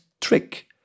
trick